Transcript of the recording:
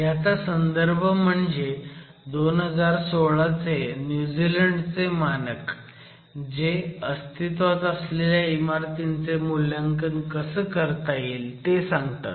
ह्याचा संदर्भ म्हणजे 2016 चे न्यूझीलंड चे मानक जे अस्तित्वात असलेल्या इमारतींचे मूल्यांकन कसं करता येईल ते सांगतात